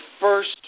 first